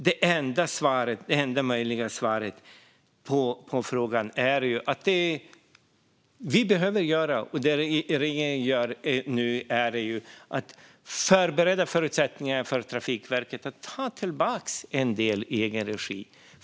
Därför är det enda möjliga svaret på frågan att det vi behöver göra, och det regeringen nu gör, är att förbereda förutsättningar för Trafikverket att ta tillbaka en del i egen regi.